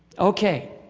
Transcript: okay.